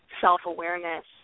self-awareness